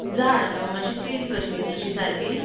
जाड नू मात्शी चेन कशी नू अशी सारकी